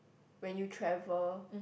when you travel